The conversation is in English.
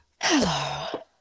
Hello